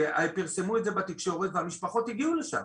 שפרסמו את זה בתקשורת והמשפחות הגיעו לשם.